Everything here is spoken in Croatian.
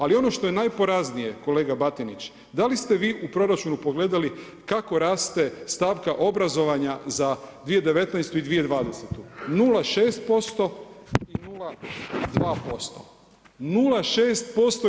Ali ono što je najporaznije kolega Batinić, da li ste vi u proračunu pogledali kako raste stavka obrazovanja za 2019. i 2020., 0,6% i 0,2%